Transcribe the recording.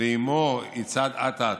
ועימו יצעד אט-אט.